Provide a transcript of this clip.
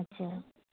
আচ্ছা